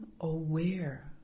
aware